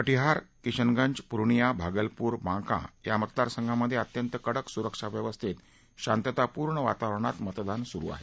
कटीहार किंशनगंज पूर्णिया भागलपूर बांका या मतदारसंघांमधे अत्यंत कडक सुरक्षा व्यवस्थेत शांततापूर्ण वातावरणात मतदान सुरू आहे